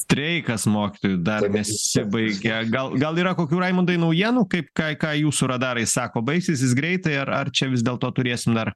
streikas mokytojų dar nesibaigia gal gal yra kokių raimundai naujienų kaip ką ką jūsų radarai sako baigsis jis greitai ar ar čia vis dėlto turėsim dar